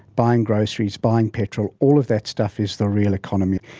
buying groceries, buying petrol all of that stuff is the real economy.